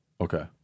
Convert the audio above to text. Okay